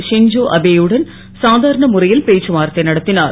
Shinzo Abe யுடன் சாதாரண முறை ல் பேச்சுவார்த்தை நடத் னார்